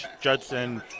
Judson